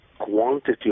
Quantity